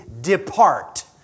depart